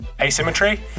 asymmetry